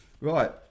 right